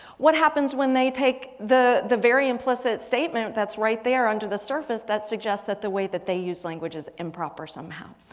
what happens when they take the the very implicit statement that's right there under the surface that suggests that the way that they use language is improper somehow?